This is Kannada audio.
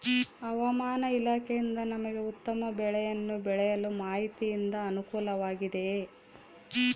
ಹವಮಾನ ಇಲಾಖೆಯಿಂದ ನಮಗೆ ಉತ್ತಮ ಬೆಳೆಯನ್ನು ಬೆಳೆಯಲು ಮಾಹಿತಿಯಿಂದ ಅನುಕೂಲವಾಗಿದೆಯೆ?